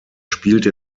spielte